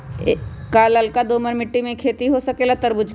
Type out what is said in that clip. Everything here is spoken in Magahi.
का लालका दोमर मिट्टी में खेती हो सकेला तरबूज के?